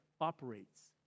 operates